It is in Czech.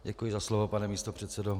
Děkuji za slovo, pane místopředsedo.